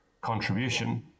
contribution